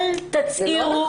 אל תצהירו --- זה לא נכון.